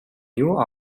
new